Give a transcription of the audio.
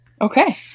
Okay